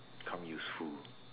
become useful